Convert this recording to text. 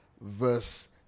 verse